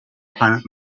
planet